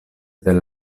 del